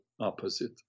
opposite